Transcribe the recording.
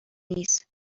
نیست